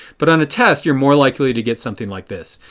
but on a test you are more likely to get something like this.